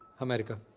america?